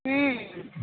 हूँ